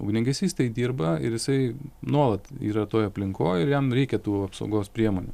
ugniagesys tai dirba ir jisai nuolat yra toj aplinkoj ir jam reikia tų apsaugos priemonių